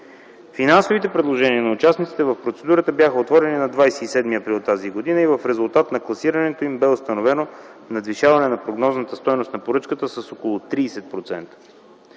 Финансовите предложения на участниците в процедурата бяха отворени на 27 април т.г. и в резултат на класирането им бе установено надвишаване на прогнозната стойност на поръчката с около 30%.